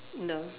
no